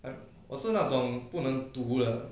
like 我是那种不能读的